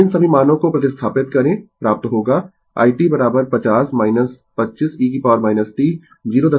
तो इन सभी मानों को प्रतिस्थापित करें प्राप्त होगा i t 50 25 e t 05 t ampere